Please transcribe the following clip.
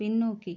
பின்னோக்கி